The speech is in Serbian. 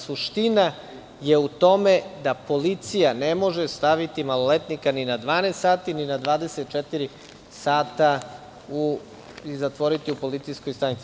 Suština je u tome da policija ne može staviti maloletnika ni na 12, ni na 24 sata i zatvoriti u policijskoj stanici.